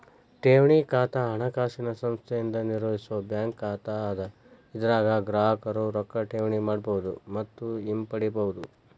ಠೇವಣಿ ಖಾತಾ ಹಣಕಾಸಿನ ಸಂಸ್ಥೆಯಿಂದ ನಿರ್ವಹಿಸೋ ಬ್ಯಾಂಕ್ ಖಾತಾ ಅದ ಇದರಾಗ ಗ್ರಾಹಕರು ರೊಕ್ಕಾ ಠೇವಣಿ ಮಾಡಬಹುದು ಮತ್ತ ಹಿಂಪಡಿಬಹುದು